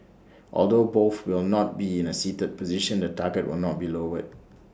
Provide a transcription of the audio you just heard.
although both will not be in A seated position the target will not be lowered